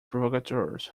provocateurs